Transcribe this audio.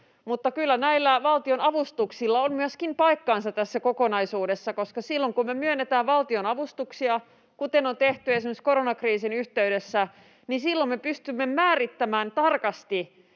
mutta kyllä näillä valtionavustuksilla on myöskin paikkansa tässä kokonaisuudessa, koska silloin kun me myönnetään valtionavustuksia, kuten on tehty esimerkiksi koronakriisin yhteydessä, silloin me pystymme määrittämään tarkasti,